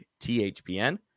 THPN